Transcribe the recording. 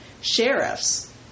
sheriffs